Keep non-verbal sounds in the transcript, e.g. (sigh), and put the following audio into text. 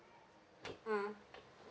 (noise) mm